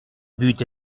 but